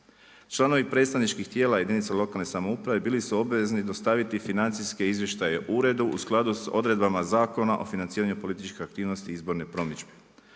Članovi predstavničkih tijela jedinica lokalne samouprave bili su obvezni dostaviti financijske izvještaje uredu u skladu s odredbama Zakona o financiranju političkih aktivnosti i izborne promidžbe.